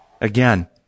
again